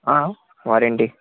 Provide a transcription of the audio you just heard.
warranty